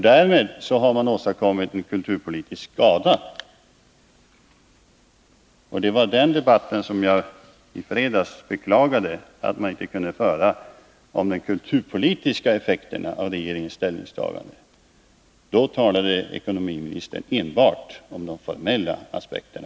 Därmed har man åstadkommit kulturpolitisk skada. Det var den debatten, om de kulturpolitiska effekterna av regeringens ställningstagande, som jag i fredags beklagade att man inte kunde föra. Då talade ekonomiministern enbart om de formella aspekterna.